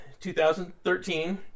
2013